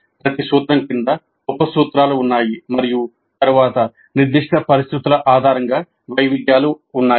ప్రతి సూత్రం క్రింద ఉప సూత్రాలు ఉన్నాయి మరియు తరువాత నిర్దిష్ట పరిస్థితుల ఆధారంగా వైవిధ్యాలు ఉన్నాయి